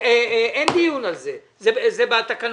אין דיון על זה, זה בתקנות.